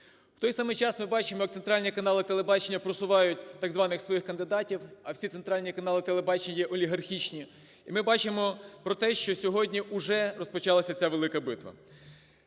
У той самий час ми бачимо, як центральні канали телебачення просувають так званих своїх кандидатів, а всі центральні канали телебачення є олігархічні. І ми бачимо про те, що сьогодні вже розпочалася ця велика битва.